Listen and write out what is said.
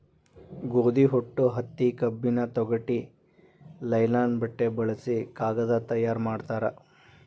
ಗೋದಿ ಹೊಟ್ಟು ಹತ್ತಿ ಕಬ್ಬಿನ ತೊಗಟಿ ಲೈಲನ್ ಬಟ್ಟೆ ಬಳಸಿ ಕಾಗದಾ ತಯಾರ ಮಾಡ್ತಾರ